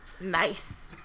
nice